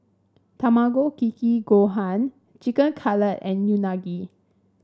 Tamago Kake Gohan Chicken Cutlet and Unagi